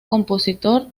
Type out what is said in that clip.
compositor